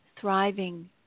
thriving